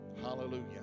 Hallelujah